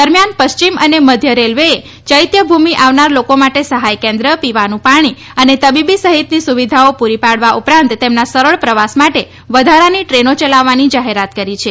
દરમ્યાન પશ્ચિમ અને મધ્ય રેલવેએ ચૈત્યભૂમિ આવનાર લોકો માટે સહાય કેન્દ્ર પીવાનું પાણી અને તબીબી સહિતની સુવિધાઓ પુરી પાડવા ઉપરાંત તેમના સરળ પ્રવાસ માટે વધારાની ટ્રેનો ચલાવવાની જાહેરાત કરી છે